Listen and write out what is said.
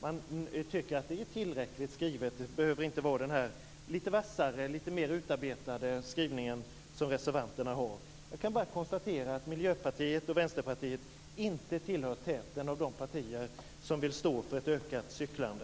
Man tycker att skrivningen är tillräckligt skarp; det behövs inte någon lite vassare och lite mer utarbetad skrivning som i reservationen. Jag kan bara konstatera att Miljöpartiet och Vänsterpartiet inte går i täten för de partier som vill stå för ett ökat cyklande.